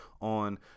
on